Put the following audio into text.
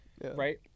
Right